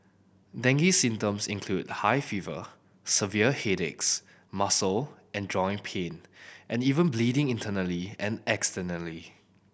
dengue symptoms include high fever severe headaches muscle and joint pain and even bleeding internally and externally